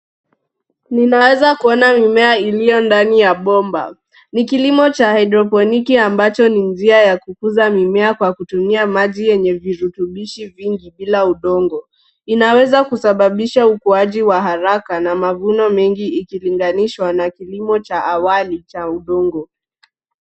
Ninaweza kuona mimea iliyo ndani ya bomba. Ni kilimo cha haidroponiki ambacho ni njia ya kukuza mimea kwa kutumia maji yenye virutubishi vingi bila udongo. Inaweza kusababisha ukuaji wa haraka na mavuno mengi ikilinganishwa na kilimo cha awali cha udongo.